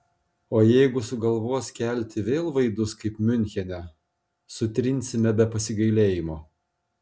o jeigu sugalvos kelti vėl vaidus kaip miunchene sutrinsime be pasigailėjimo